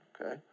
okay